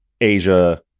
Asia